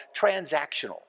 transactional